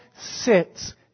sits